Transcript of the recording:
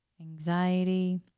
anxiety